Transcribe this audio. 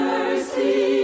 Mercy